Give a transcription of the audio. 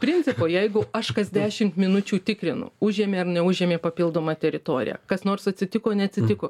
principo jeigu aš kas dešimt minučių tikrinu užėmė ar neužėmė papildomą teritoriją kas nors atsitiko neatsitiko